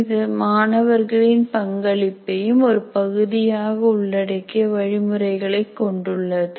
இது மாணவர்களின் பங்களிப்பையும் ஒரு பகுதியாக உள்ளடக்கிய வழிமுறைகளை கொண்டுள்ளது